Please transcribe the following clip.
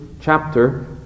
chapter